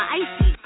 icy